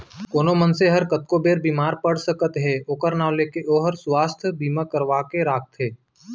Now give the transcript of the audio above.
कोनो मनसे हर कतको बेर बीमार पड़ सकत हे ओकर नांव ले के ओहर सुवास्थ बीमा करवा के राखथे